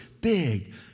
big